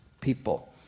people